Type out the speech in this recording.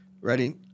Ready